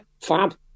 fab